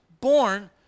born